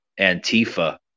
Antifa